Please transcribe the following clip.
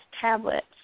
tablets